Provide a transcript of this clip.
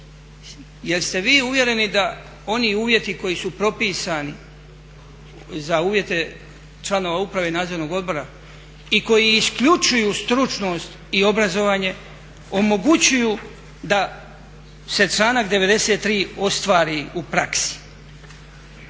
Jest ste vi uvjereni da oni uvjeti koji su propisani za uvjete članova uprave i nadzornog odbora i koji isključuju stručnost i obrazovanje omogućuju da se članak 93. ostvari u praksi.